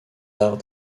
arts